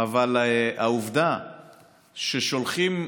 אבל עובדה היא ששולחים,